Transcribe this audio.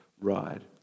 ride